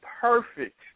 perfect